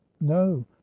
no